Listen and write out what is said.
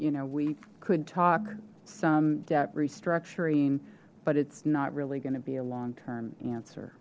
you know we could talk some debt restructuring but it's not really going to be a long term answer